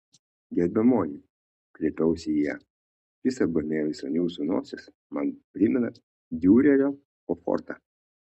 gerbiamoji kreipiausi į ją šis apgamėlis ant jūsų nosies man primena diurerio ofortą